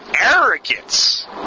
arrogance